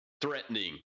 threatening